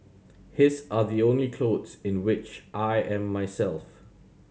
his are the only clothes in which I am myself